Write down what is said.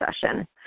session